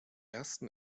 ersten